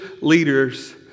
leaders